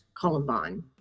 Columbine